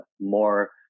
more